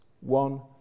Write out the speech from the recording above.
one